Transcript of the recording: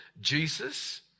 Jesus